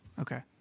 Okay